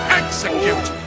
execute